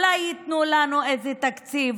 אולי ייתנו לנו איזה תקציב,